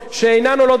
הוויתורים,